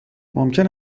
ممکن